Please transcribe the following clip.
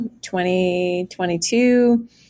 2022